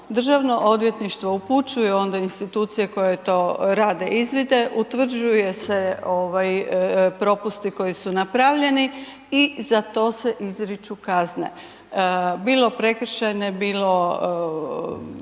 državno odvjetništvo upućuje onda institucije koje to rade izvide, utvrđuju se propusti koji su napravljeni i za to se izriču kazne, bilo prekršajne, bilo